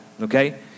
okay